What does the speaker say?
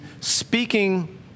speaking